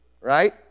right